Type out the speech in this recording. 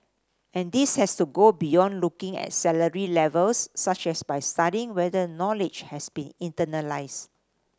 and this has to go beyond looking at salary levels such as by studying whether knowledge has been internalised